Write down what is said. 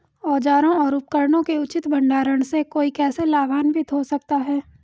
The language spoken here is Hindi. औजारों और उपकरणों के उचित भंडारण से कोई कैसे लाभान्वित हो सकता है?